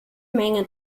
menge